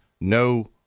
no